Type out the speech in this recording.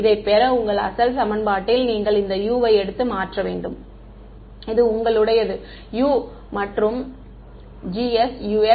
இதைப் பெற உங்கள் அசல் சமன்பாட்டில் நீங்கள் இந்த U ஐ எடுத்து மாற்ற வேண்டும் இது உங்களுடையது U மற்றும் GsUx